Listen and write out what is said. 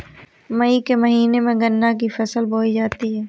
मई के महीने में गन्ना की फसल बोई जाती है